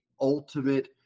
ultimate